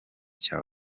cya